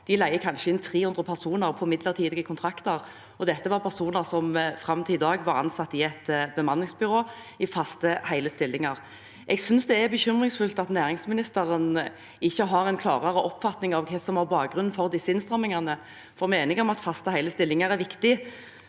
Den leier kanskje inn 300 personer på midlertidige kontrakter, og dette er personer som fram til i dag var ansatt i et bemanningsbyrå i faste, hele stillinger. Jeg synes det er bekymringsfullt at næringsministeren ikke har en klarere oppfatning av hva som var bakgrunnen for disse innstrammingene, for vi er enige om at faste, hele stillinger er viktig.